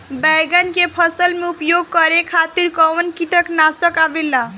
बैंगन के फसल में उपयोग करे खातिर कउन कीटनाशक आवेला?